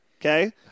Okay